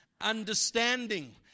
understanding